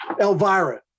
elvira